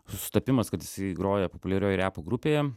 su sutapimas kad jisai groja populiarioj repo grupėje